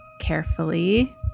carefully